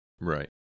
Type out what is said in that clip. Right